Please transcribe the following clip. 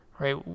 right